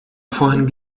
vorhin